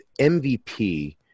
MVP